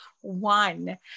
one